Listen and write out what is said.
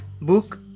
Book